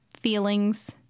feelings